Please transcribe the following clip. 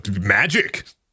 magic